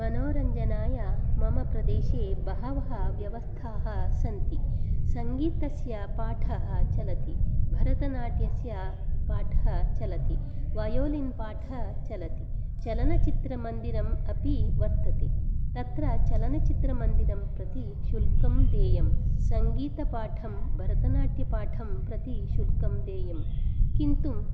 मनोरञ्जनाय मम प्रदेशे बहवः व्यवस्थाः सन्ति सङ्गीतस्य पाठः चलति भरतनाट्यस्य पाठः चलति वयोलिन् पाठः चलति चलनचित्रमन्दिरं अपि वर्तते तत्र चलनचित्रमन्दिरं प्रति शुल्कं देयम् सङ्गीतपाठं भरतनाट्यपाठं प्रति शुल्कं देयम् किन्तु